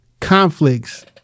Conflicts